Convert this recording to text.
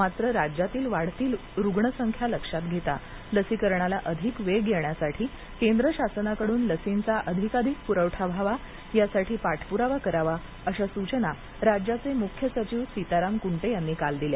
मात्र राज्यातील वाढती रुग्णसंख्या लक्षात घेता लसीकरणाला अधिक वेग येण्यासाठी केंद्र शासनाकडून लसींचा अधिकाधिक पुरवठा व्हावा यासाठी पाठपुरावा करावा अशा सूचना राज्याचे मुख्य सचिव सीताराम कृंटे यांनी काल दिल्या